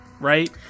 Right